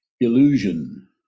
Illusion